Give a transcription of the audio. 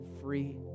free